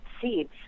seeds